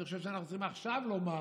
אני חושב שאנחנו צריכים עכשיו לומר: